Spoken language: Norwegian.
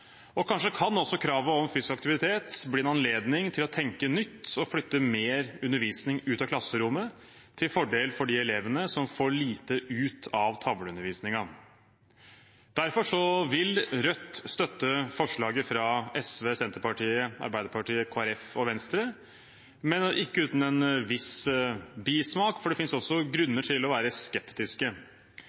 Og kanskje kan også kravet om fysisk aktivitet bli en anledning til å tenke nytt og flytte mer undervisning ut av klasserommet, til fordel for de elevene som får lite ut av tavleundervisningen. Derfor vil Rødt støtte innstillingens forslag til vedtak, fra SV, Senterpartiet, Arbeiderpartiet og Kristelig Folkeparti, men ikke uten en viss bismak – for det finnes også grunner til å være